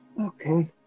Okay